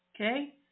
okay